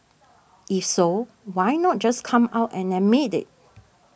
if so why not just come out and admit it